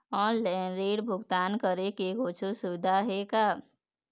Online ऋण भुगतान करे के कुछू सुविधा हे का?